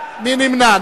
מי נמנע?